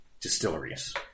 distilleries